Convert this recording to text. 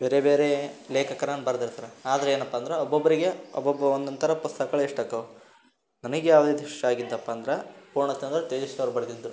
ಬೇರೆ ಬೇರೆ ಲೇಖಕರಾಂಗ ಬರ್ದಿರ್ತಾರೆ ಆದರೆ ಏನಪ್ಪಾ ಅಂದರೆ ಒಬ್ಬೊಬ್ಬರಿಗೆ ಒಬ್ಬೊಬ್ಬ ಒಂದೊಂಥರ ಪುಸ್ತಕಗಳು ಇಷ್ಟ ಆಗ್ತಾವೆ ನನಗ್ಯಾಗ್ಯಾವ ರೀತಿ ಇಷ್ಟ ಆಗಿದ್ದಪ್ಪ ಅಂದ್ರೆ ಪೂರ್ಣಚಂದ್ರ ತೇಜಸ್ವಿ ಅವ್ರು ಬರೆದಿದ್ದು